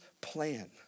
plan